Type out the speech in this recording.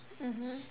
mmhmm